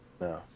No